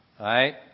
right